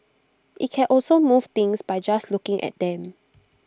IT can also move things by just looking at them